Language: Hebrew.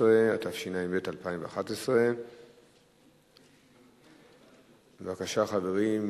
16), התשע"ב 2011. בבקשה, חברים.